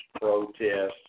protests